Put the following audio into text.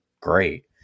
great